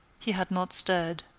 he had not stirred.